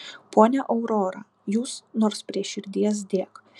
ponia aurora jūs nors prie širdies dėk